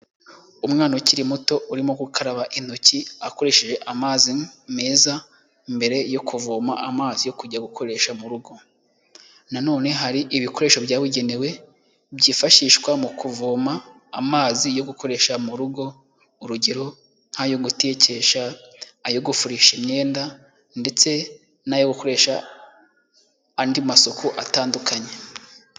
Umwana ukiri muto urimo gukaraba intoki akoresheje amazi meza mbere yo kuvoma amazi yo kujya gukoresha mu rugo. Na none hari ibikoresho byabugenewe byifashishwa mu kuvoma amazi yo gukoresha mu rugo. Urugero nk'ayo gutekesha, ayo gufurisha imyenda ndetse n'ayo gukoresha andi masuku atandukanye.